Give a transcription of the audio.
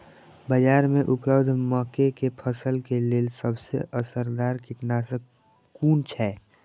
बाज़ार में उपलब्ध मके के फसल के लेल सबसे असरदार कीटनाशक कुन छै?